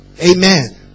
Amen